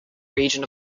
region